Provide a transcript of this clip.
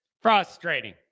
frustrating